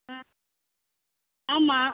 ஆ ஆமாம்